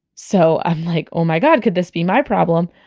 so i'm like, oh my god, could this be my problem?